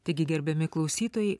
taigi gerbiami klausytojai